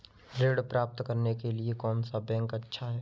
ऋण प्राप्त करने के लिए कौन सा बैंक अच्छा है?